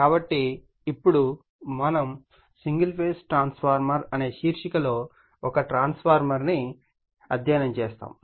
కాబట్టి ఇప్పుడు మనం సింగిల్ ఫేజ్ ట్రాన్స్ఫార్మర్స్ అనే శీర్షిక లో ఒక ట్రాన్స్ఫార్మర్ ను అధ్యయనం చేస్తాము